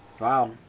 Wow